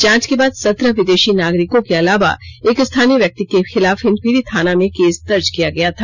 जांच के बाद सत्रह विदेषी नागरिकों को अलावा एक स्थानीय व्यक्ति के खिलाफ हिन्दपीढ़ी थाना में केस दर्ज किया गया था